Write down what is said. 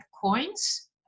coins